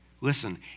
Listen